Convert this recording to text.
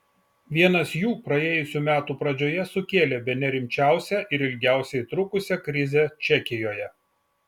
vienas jų praėjusių metų pradžioje sukėlė bene rimčiausią ir ilgiausiai trukusią krizę čekijoje